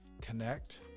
connect